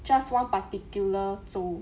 just one particular 州